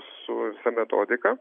su visa metodika